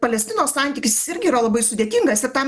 palestinos santykis jis irgi yra labai sudėtingas ir tam